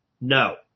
No